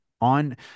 on